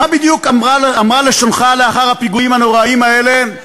מה בדיוק אמרה לשונך לאחר הפיגועים הנוראים האלה?